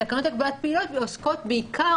התקנות להגבלת פעילות עוסקות בעיקר